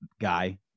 guy